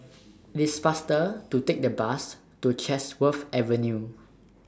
IT IS faster to Take The Bus to Chatsworth Avenue